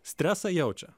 stresą jaučia